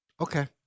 Okay